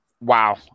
wow